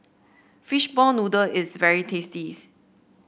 fish ball noodle is very tasty